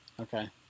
Okay